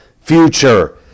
future